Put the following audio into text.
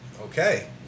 okay